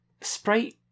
Sprite